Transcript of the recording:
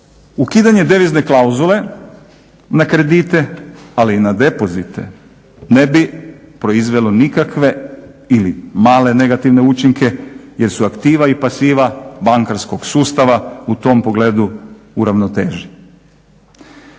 Ukidanje devizne klauzule na kredite, ali i na depozite ne bi proizvelo nikakve ili male negativne učinke jer su aktiva i pasiva bankarskog sustava u tom pogledu u ravnoteži.